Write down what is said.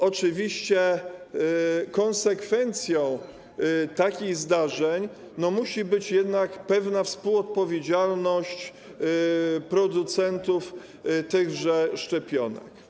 Oczywiście konsekwencją takich zdarzeń musi być jednak pewna współodpowiedzialność producentów tychże szczepionek.